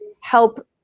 help